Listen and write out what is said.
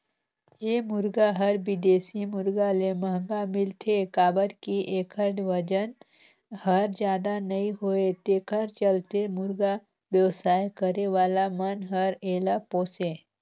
ए मुरगा हर बिदेशी मुरगा ले महंगा मिलथे काबर कि एखर बजन हर जादा नई होये तेखर चलते मुरगा बेवसाय करे वाला मन हर एला पोसे